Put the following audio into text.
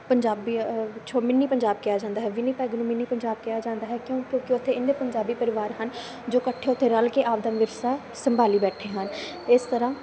ਪੰਜਾਬੀ ਹੈ ਜੋ ਮਿੰਨੀ ਪੰਜਾਬ ਕਿਹਾ ਜਾਂਦਾ ਹੈ ਵਿਨੀਪੈਗ ਨੂੰ ਮਿੰਨੀ ਪੰਜਾਬ ਕਿਹਾ ਜਾਂਦਾ ਹੈ ਕਿਉਂ ਕਿਉਂਕਿ ਉੱਥੇ ਇੰਨੇ ਪੰਜਾਬੀ ਪਰਿਵਾਰ ਹਨ ਜੋ ਇਕੱਠੇ ਉੱਥੇ ਰਲ ਕੇ ਆਪਦਾ ਵਿਰਸਾ ਸੰਭਾਲੀ ਬੈਠੇ ਹਨ ਇਸ ਤਰ੍ਹਾਂ